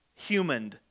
humaned